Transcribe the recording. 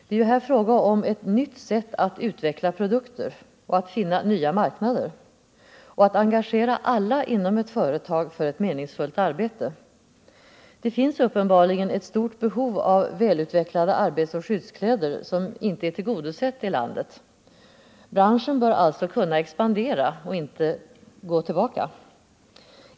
Det är ju här fråga om ett nytt sätt att utveckla produkter, att finna marknader och att engagera alla inom ett företag för ett meningsfullt arbete. Det finns uppenbarligen ett stort behov av välutvecklade arbetsoch skyddskläder som inte är tillgodosett i landet. Branschen bör alltså kunna expandera och inte gå tillbaka.